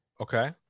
Okay